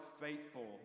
faithful